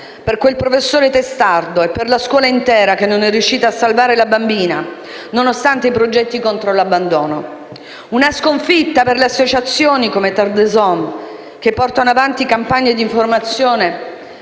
per quel professore testardo e per la scuola intera, che non è riuscita a salvare la bambina, nonostante i progetti contro l'abbandono. Una sconfitta per le associazioni come Terre des Hommes che portano avanti campagne di informazione